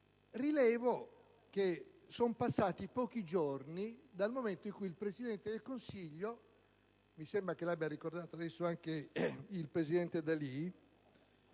Rilevo che sono passati pochi giorni dal momento in cui il Presidente del Consiglio - mi sembra l'abbia ricordato anche il presidente D'Alì